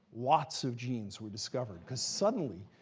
lots of genes were discovered. because suddenly,